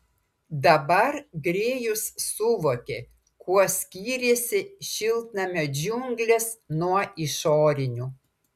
dabar grėjus suvokė kuo skyrėsi šiltnamio džiunglės nuo išorinių